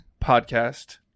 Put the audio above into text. podcast